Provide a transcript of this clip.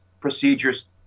procedures